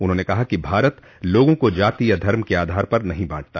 उन्होंने कहा कि भारत लोगों को जाति या धर्म के आधार पर नहीं बांटता